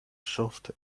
soft